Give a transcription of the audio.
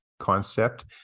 Concept